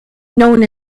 known